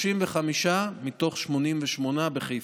35 מתוך 88 בחיפה,